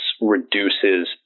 reduces